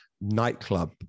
nightclub